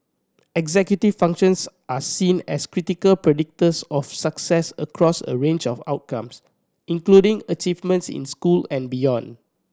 executive functions are seen as critical predictors of success across a range of outcomes including achievement in school and beyond